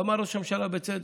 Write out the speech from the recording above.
ואמר ראש הממשלה, בצדק: